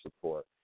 support